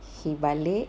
he balik